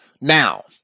Now